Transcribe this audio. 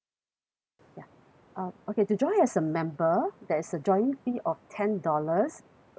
ya um okay to join as a member there is a joining fee of ten dollars uh